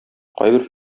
кайбер